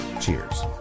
Cheers